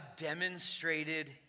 demonstrated